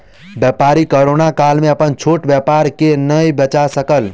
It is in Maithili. व्यापारी कोरोना काल में अपन छोट व्यापार के नै बचा सकल